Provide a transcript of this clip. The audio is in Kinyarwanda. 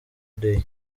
day